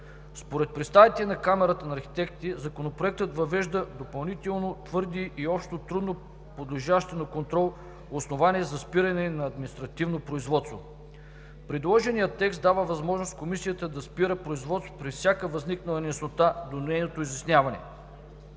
Според представителите на Камарата на архитектите Законопроектът въвежда допълнително твърде общо и трудно подлежащо на контрол основание за спиране на административно производство. Предложеният текст дава възможност Комисията да спира производството при всяка възникнала неяснота до нейното изясняване,